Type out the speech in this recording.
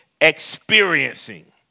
experiencing